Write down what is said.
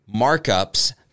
markups